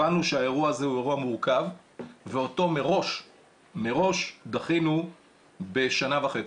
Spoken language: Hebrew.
הבנו שהאירוע הזה הוא אירוע מורכב ואותו מראש דחינו בשנה וחצי.